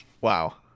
Wow